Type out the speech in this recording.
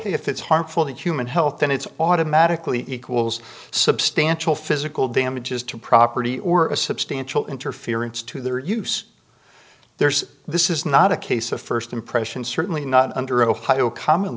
if it's harmful to human health then it's automatically equals substantial physical damages to property or a substantial interference to their use there's this is not a case of first impression certainly not under ohio common